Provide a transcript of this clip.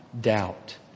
doubt